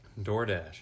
DoorDash